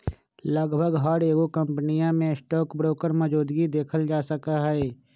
लगभग हर एगो कम्पनीया में स्टाक ब्रोकर मौजूदगी देखल जा सका हई